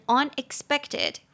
unexpected